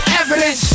evidence